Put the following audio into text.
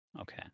Okay